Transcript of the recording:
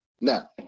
Now